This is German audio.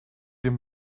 den